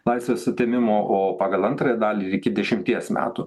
laisvės atėmimo o pagal antrąją dalį iki dešimties metų